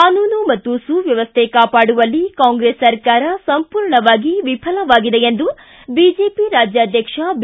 ಕಾನೂನು ಮತ್ತು ಸುವ್ಯವಸ್ಥೆ ಕಾಪಾಡುವಲ್ಲಿ ಕಾಂಗ್ರೆಸ್ ಸರ್ಕಾರ ಸಂಪೂರ್ಣವಾಗಿ ವಿಫಲವಾಗಿದೆ ಎಂದು ಬಿಜೆಪಿ ರಾಜ್ಕಾಧ್ಯಕ್ಷ ಬಿ